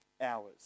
hours